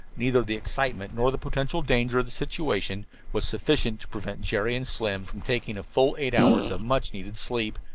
neither the excitement nor the potential danger of the situation was sufficient to prevent jerry and slim from taking a full eight hours of much-needed sleep,